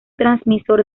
transmisor